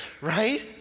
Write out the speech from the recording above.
right